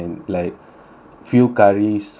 few curries